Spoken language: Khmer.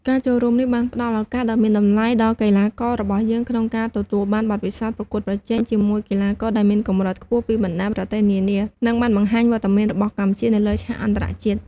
ការចូលរួមនេះបានផ្តល់ឱកាសដ៏មានតម្លៃដល់កីឡាកររបស់យើងក្នុងការទទួលបានបទពិសោធន៍ប្រកួតប្រជែងជាមួយកីឡាករដែលមានកម្រិតខ្ពស់ពីបណ្តាប្រទេសនានា និងបានបង្ហាញវត្តមានរបស់កម្ពុជានៅលើឆាកអន្តរជាតិ។